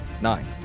Nine